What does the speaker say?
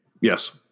Yes